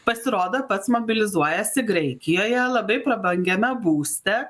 pasirodo pats mobilizuojasi graikijoje labai prabangiame būste